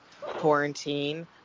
quarantine